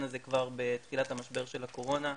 הזה כבר בתחילת המשבר של הקורונה,